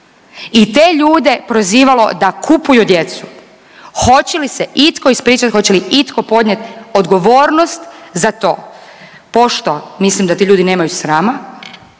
i te ljude prozivalo da kupuju djecu. Hoće li se itko ispričati, hoće li itko podnijeti odgovornost za to? Pošto mislim da ti ljudi nemaju srama